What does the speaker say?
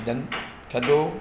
थधो